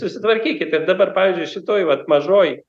susitvarkykit ir dabar pavyzdžiui šitoj vat mažoj